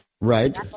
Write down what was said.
right